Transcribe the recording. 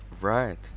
Right